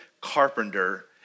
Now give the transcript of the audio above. carpenter